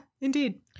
indeed